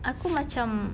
aku macam